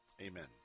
Amen